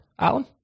Alan